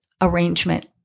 arrangement